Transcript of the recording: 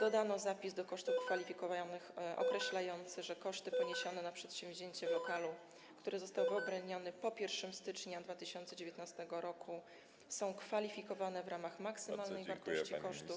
dodano zapis dotyczący kosztów kwalifikowanych określający, że koszty poniesione na przedsięwzięcie w lokalu, który został wyodrębniony po 1 stycznia 2019 r., są kwalifikowane w ramach maksymalnej wartości kosztów.